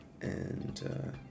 and-